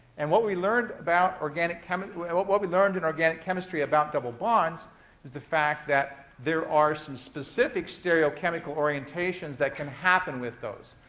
and what we learned about organic chemi, and what what we learned in organic chemistry about double bonds is the fact that there are some specific stereochemical orientations that can happen with those.